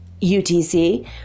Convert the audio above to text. UTC